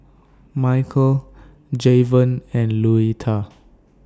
Mychal Jayvon and Louetta